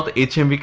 but atf